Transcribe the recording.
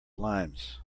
limes